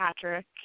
Patrick